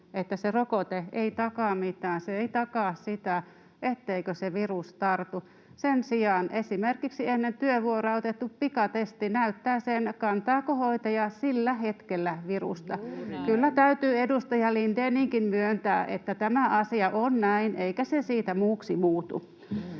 että se rokote ei takaa mitään, se ei takaa sitä, etteikö se virus tartu. Sen sijaan esimerkiksi ennen työvuoroa otettu pikatesti näyttää sen, kantaako hoitaja sillä hetkellä virusta. — Kyllä täytyy edustaja Lindéninkin myöntää, että tämä asia on näin, eikä se siitä muuksi muutu.